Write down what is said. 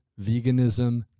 veganism